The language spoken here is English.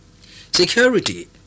Security